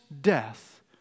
death